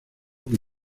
que